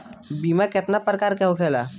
बीमा केतना प्रकार के होखे ला?